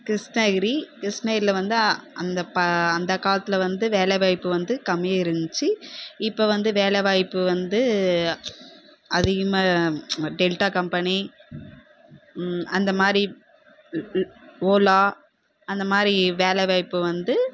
கிருஷ்ணகிரி கிருஷ்ணகிரியில வந்து அந்த ப அந்த காலத்தில் வந்து வேலை வாய்ப்பு வந்து கம்மியாக இருந்துச்சு இப்போ வந்து வேலை வாய்ப்பு வந்து அதிகமாக டெல்ட்டா கம்பெனி அந்த மாரி ஓலா அந்த மாரி வேலை வாய்ப்பு வந்து